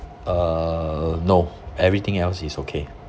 uh no everything else is okay